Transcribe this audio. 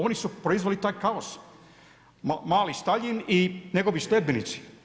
Oni su proizveli taj kaos, mali Staljin i njegovi sljedbenici.